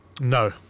No